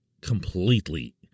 completely